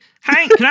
Hank